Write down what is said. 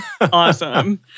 Awesome